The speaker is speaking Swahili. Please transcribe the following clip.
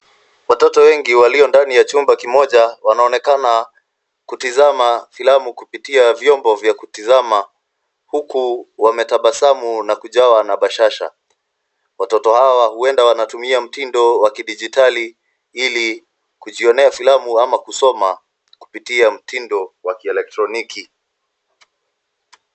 Watoto wengi walio ndani ya chumba kimoja wanonekana kutizama filamu kupitia vyombo vya kutizama huku wametabasamu na kujawa na bashasha. Watoto hawa huenda wanatumia mtindo wa kidijitali ili kujionea filamu ama kusoma kupitia mtindo wa kielektroniki.